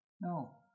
No